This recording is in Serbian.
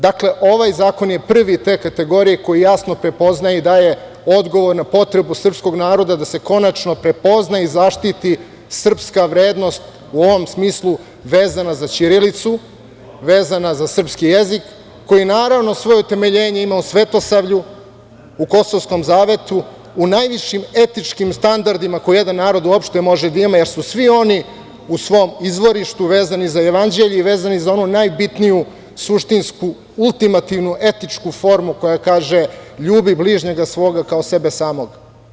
Dakle, ovaj zakon je prvi te kategorije koji jasno prepoznaje i daje odgovor na potrebu srpskog naroda da se konačno prepozna i zaštiti srpska vrednost, u ovom smislu vezana za ćirilicu, vezana za srpski jezik, koji naravno svoje utemeljenje ima u svetosavlju, u kosovskom zavetu, u najvišim etičkim standardima koje jedan narod uopšte može da ima, jer su svi oni u svom izvorištu vezani za Jevanđelje i vezani za onu najbitniju suštinsku ultimativnu etičku formu koja kaže - Ljubi bližnjega svoga kao sebe samoga.